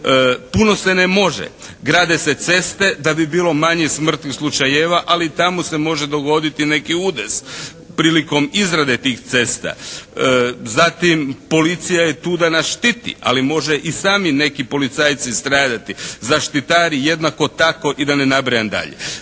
Puno se ne može. Grade se ceste da bi bilo manje smrtnih slučajeva ali tamo se može dogoditi neki udes prilikom izrade tih cesta. Zatim policija je tu da nas štiti, ali može i sami neki policajci stradati. Zaštitari jednako tako. I da ne nabrajam dalje.